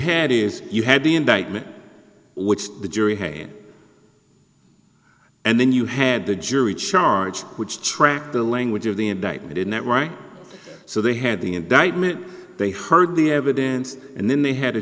had is you had the indictment which the jury hey and then you had the jury charge which tracks the language of the indictment in that right so they had the indictment they heard the evidence and then they had a